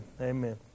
amen